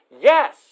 Yes